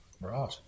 Right